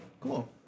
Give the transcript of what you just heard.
Cool